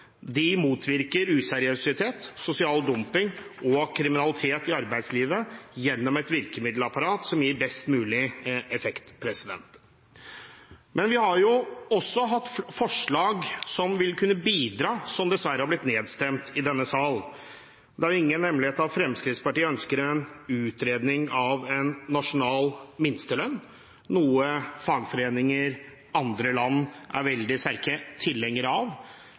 De motvirker useriøsitet, sosial dumping og kriminalitet i arbeidslivet gjennom et virkemiddelapparat som gir best mulig effekt. Men vi har også hatt forslag som ville kunne bidra, som dessverre har blitt nedstemt i denne sal. Det er jo ingen hemmelighet at Fremskrittspartiet ønsker en utredning av en nasjonal minstelønn, noe fagforeninger i andre land er veldig sterke tilhengere av.